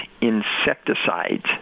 insecticides